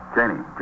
Janie